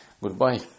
goodbye